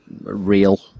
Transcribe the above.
real